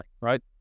right